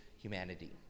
humanity